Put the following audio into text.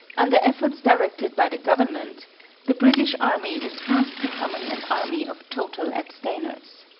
under efforts directed by the government the british army is fast becoming an army of total abstainers.